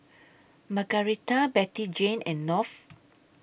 Margarita Bettyjane and North